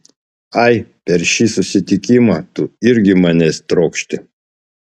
ai per šį susitikimą tu irgi manęs trokšti